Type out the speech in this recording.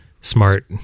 smart